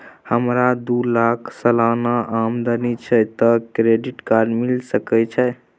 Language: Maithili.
हमरा दू लाख सालाना आमदनी छै त क्रेडिट कार्ड मिल सके छै?